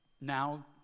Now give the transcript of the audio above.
now